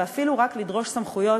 ואפילו רק לדרוש סמכויות,